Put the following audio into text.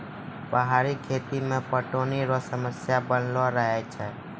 पहाड़ी खेती मे पटौनी रो समस्या बनलो रहै छै